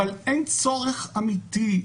אבל אין צורך אמיתי.